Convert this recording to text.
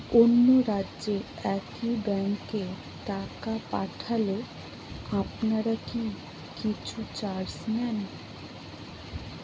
অন্য রাজ্যের একি ব্যাংক এ টাকা পাঠালে আপনারা কী কিছু চার্জ নেন?